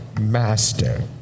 Master